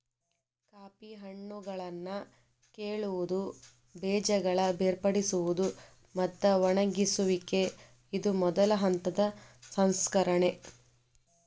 coffee ಹಣ್ಣುಗಳನ್ನಾ ಕೇಳುವುದು, ಬೇಜಗಳ ಬೇರ್ಪಡಿಸುವುದು, ಮತ್ತ ಒಣಗಿಸುವಿಕೆ ಇದು ಮೊದಲ ಹಂತದ ಸಂಸ್ಕರಣೆ